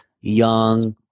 young